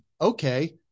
okay